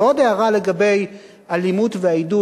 ועוד הערה לגבי אלימות והעידוד,